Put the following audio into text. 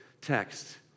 text